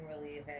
Relieving